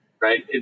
right